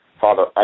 Father